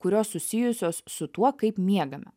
kurios susijusios su tuo kaip miegame